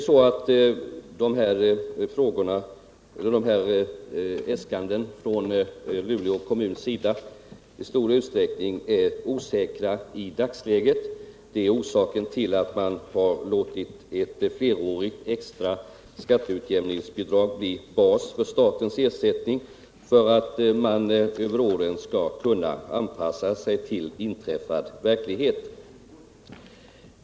Äskandena från Luleå kommun är i stor utsträckning osäkra i dagsläget, och det är orsaken till att man har låtit ett flerårigt extra skatteutjämningsbidrag bli bas för statens ersättning. På det viset skall man över åren kunna anpassa sig till inträffad verklighet.